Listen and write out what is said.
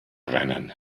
rennen